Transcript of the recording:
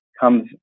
comes